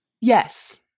Yes